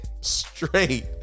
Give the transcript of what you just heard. straight